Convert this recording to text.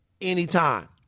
anytime